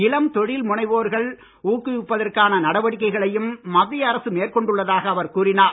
இளம் தொழில் முனைவோர்களை ஊக்குவிப்பதற்கான நடவடிக்கைகளையும் மத்திய அரசு மேற்கொண்டுள்ளதாக அவர் கூறினார்